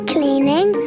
Cleaning